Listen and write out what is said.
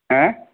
হ্যাঁ